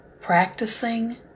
practicing